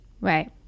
Right